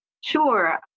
Sure